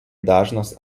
dažnas